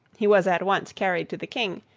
he was at once carried to the king,